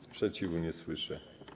Sprzeciwu nie słyszę.